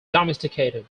domesticated